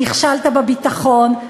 נכשלת בביטחון,